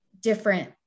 different